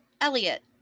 Elliot